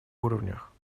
уровнях